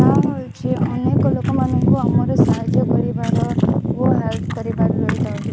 ତା ହେଉଛି ଅନେକ ଲୋକମାନଙ୍କୁ ଆମର ସାହାଯ୍ୟ କରିବାର ଓ ହେଲ୍ପ କରିବାର